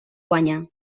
guanya